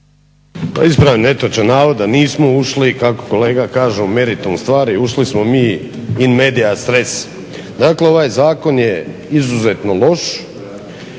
Pa ispravljam netočan navod, da nismo ušli kako kolega kaže u meritum stvari. Ušli smo mi in medias res. Dakle ovaj zakon je izuzetno loš